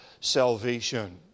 salvation